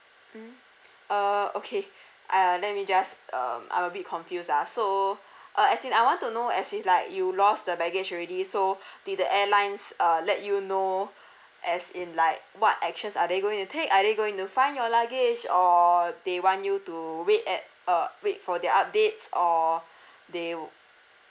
mm uh okay uh let me just um I'm a bit confused ah so uh as in I want to know as in like you lost the baggage already so did the airlines uh let you know as in like what actions are they going to take are they going to find your luggage or they want you to wait at uh wait for their updates or they wou~